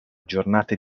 giornate